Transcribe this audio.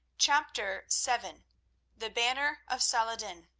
chapter seven the banner of saladin